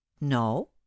no